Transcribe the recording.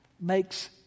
makes